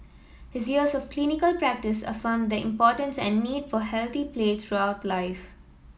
his years of clinical practice affirmed the importance and need for healthy play throughout life